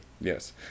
Yes